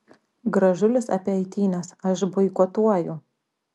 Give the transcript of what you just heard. gražulis apie eitynes aš boikotuoju